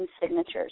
signatures